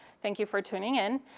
thank you for tuning in.